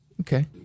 Okay